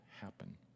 happen